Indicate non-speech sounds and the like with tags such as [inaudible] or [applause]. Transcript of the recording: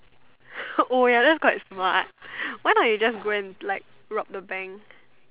[breath] oh ya that is quite smart why don't you just go and like rob the bank